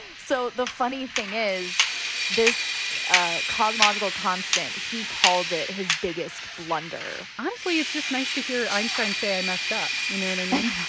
so the funny thing is this ah cosmological constant, he called it his biggest blunder honestly, it's just nice to hear einstein say i messed up, you know what i mean?